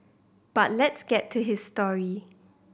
but let's get to his story